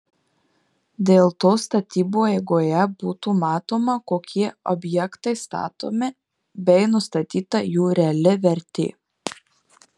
dėl to statybų eigoje būtų matoma kokie objektai statomi bei nustatyta jų reali vertė